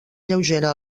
lleugera